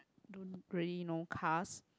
don't really know cast